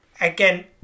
again